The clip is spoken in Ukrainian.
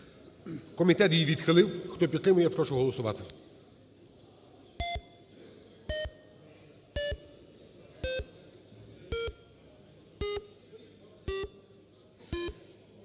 Комітет її відхилив. Хто її підтримує, прошу голосувати.